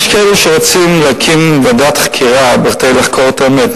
יש כאלה שרוצים להקים ועדת חקירה כדי לחקור מה היתה האמת,